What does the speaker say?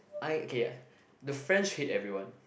I K the French hate everyone